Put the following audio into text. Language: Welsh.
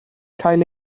cael